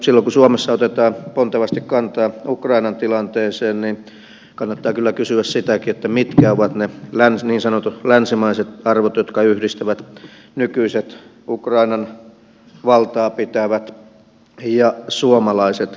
silloin kun suomessa otetaan pontevasti kantaa ukrainan tilanteeseen kannattaa kyllä kysyä sitäkin mitkä ovat ne niin sanotut länsimaiset arvot jotka yhdistävät nykyiset ukrainan valtaapitävät ja suomalaiset